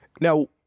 Now